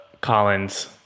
collins